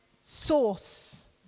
source